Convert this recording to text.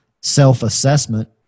self-assessment